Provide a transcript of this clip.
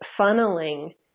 funneling